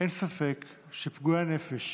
אין ספק שפגועי הנפש